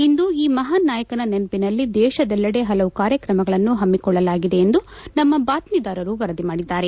ಇಂದು ಈ ಮಹಾನ್ ನಾಯಕನ ನೆನಒನಲ್ಲಿ ದೇಶದೆಲ್ಲಡೆ ಹಲವು ಕಾರ್ಯಕ್ರಮಗಳನ್ನು ಹಮ್ಮಿಕೊಳ್ಳಲಾಗಿದೆ ಎಂದು ನಮ್ಮ ಬಾತ್ಮೀದಾರರು ವರದಿ ಮಾಡಿದ್ದಾರೆ